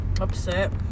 upset